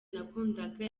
nakundaga